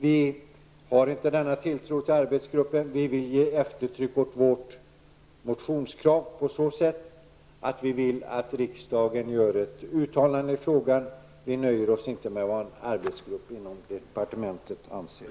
Vi har inte samma tilltro till arbetsgruppen, utan vill ge eftertryck åt vårt motionskrav genom ett riksdagens uttalande i frågan. Vi nöjer oss inte med vad en arbetsgrupp inom departementet anser.